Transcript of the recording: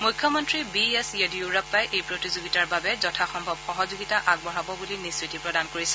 মুখ্যমন্ত্ৰী B S য়েডিয়ুৰাপ্পাই এই প্ৰতিযোগিতাৰ বাবে যথা সম্ভৱ সহযোগিতা আগবঢ়াব বুলি নিশ্চিতি প্ৰদান কৰিছে